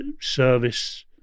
service